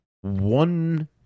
One